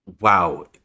Wow